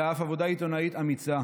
אלא אף עבודה עיתונאית אמיצה.